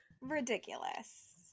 ridiculous